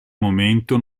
momento